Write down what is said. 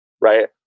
right